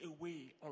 away